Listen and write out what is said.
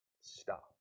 Stop